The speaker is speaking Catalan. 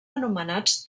anomenats